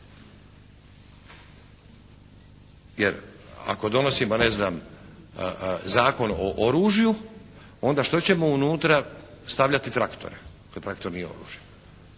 Jer ako donosimo ne znam Zakon o oružju onda što ćemo unutra stavljati traktore kad traktor nije oružje.